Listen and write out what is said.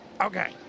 Okay